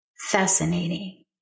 Fascinating